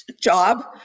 job